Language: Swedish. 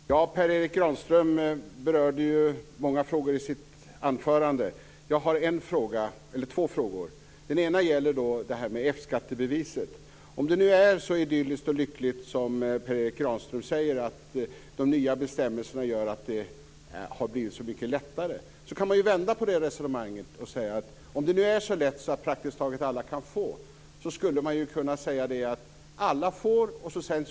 Fru talman! Per Erik Granström berörde många saker i sitt anförande. Jag har två frågor. Den ena gäller F-skattebeviset. Per Erik Granström säger att de nya bestämmelserna gör att det har blivit så mycket lättare. Om det nu är så idylliskt och lyckligt, kan man också vända på resonemanget. Om det nu är så lätt att praktiskt taget alla kan få F-skattebevis, skulle man väl kunna låta alla få ett sådant.